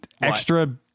extra